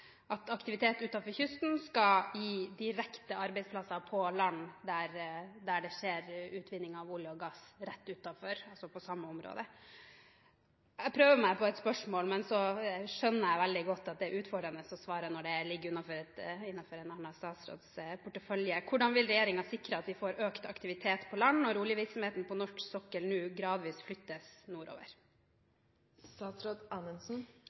at aktivitet utenfor kysten skal gi direkte arbeidsplasser på land der det skjer utvinning av olje og gass rett utenfor – altså i samme område. Jeg prøver meg på et spørsmål, men jeg skjønner veldig godt at det er utfordrende å svare når det ligger innenfor en annen statsråds portefølje: Hvordan vil regjeringen sikre at vi får økt aktivitet på land når oljevirksomheten på norsk sokkel nå gradvis flyttes